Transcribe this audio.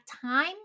time